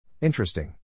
Interesting